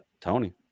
Tony